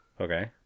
Okay